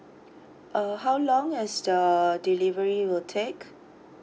uh how long is the the delivery will take